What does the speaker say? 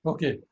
Okay